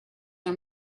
are